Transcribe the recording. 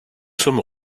sommes